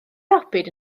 robin